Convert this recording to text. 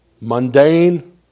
mundane